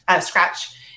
scratch